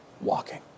walking